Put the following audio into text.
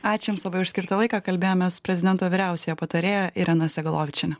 ačiū jums labai už skirtą laiką kalbėjomės su prezidento vyriausiąja patarėja irena segalovičiene